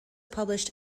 published